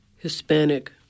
Hispanic